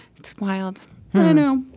it's wild no no